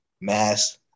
mass